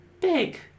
Big